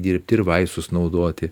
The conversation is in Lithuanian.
dirbt ir vaistus naudoti